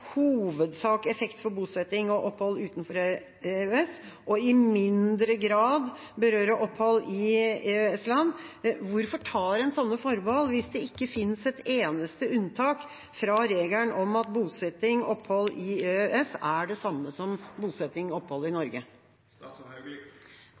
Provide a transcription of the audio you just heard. hovedsak vil ha effekt for bosetting og opphold utenfor EØS og i mindre grad vil berøre opphold i EØS-land, hvorfor tar man slike forbehold hvis det ikke finnes et eneste unntak fra regelen om at bosetting og opphold i EØS er det samme som bosetting og opphold i